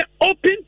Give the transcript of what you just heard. open